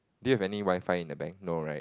do you have any Wi-Fi in the bank no right